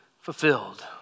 fulfilled